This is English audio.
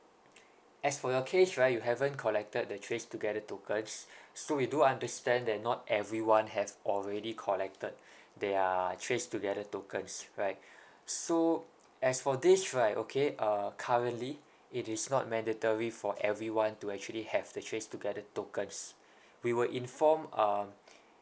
as for your case right you haven't collected the tracetogether tokens so we do understand that not everyone have already collected their tracetogether tokens right so as for this right okay uh currently it is not mandatory for everyone to actually have the tracetogether tokens we will inform um